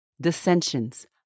dissensions